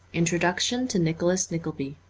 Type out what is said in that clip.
introduction to nicholas nickleby